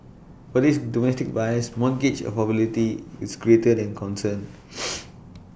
for these domestic buyers mortgage affordability is greater than concern